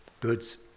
goods